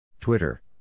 Twitter